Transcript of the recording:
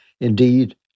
indeed